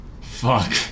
Fuck